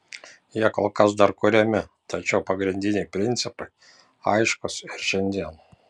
jie kol kas dar kuriami tačiau pagrindiniai principai aiškūs ir šiandien